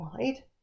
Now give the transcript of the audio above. wide